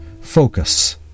focus